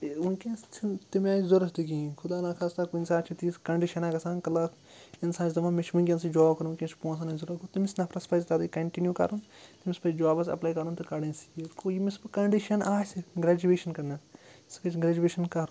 تہٕ وُنکیٚس چھُنہٕ تمہِ آیہِ ضروٗرت تہِ کِہیٖنۍ خۄدا نخواستَہ کُنہِ ساتہٕ چھِ تِژ کَنٛڈِشَنہ گژھان کٕلاس اِنسان چھُ دَپان مےٚ چھُ وُنکٮیٚنسٕے جاب کَرُن وُنکیٚس چھِ پونٛسَن ہنٛز ضروٗرت گوٚو تٔمِس نَفرَس پَزِ تَتیٚتھ کَنٹِنِو کَرُن تٔمِس پَزِ جابَس ایٚپلاے کَرُن تہٕ کَڑٕنۍ سیٖٹ گوٚو ییٚمِس وۄنۍ کَنٛڈِشَن آسہِ گرٛیجویشَن کَرنَس سُہ گَژھہِ گرٛیجویشَن کَرُن